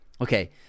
okay